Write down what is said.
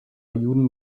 juden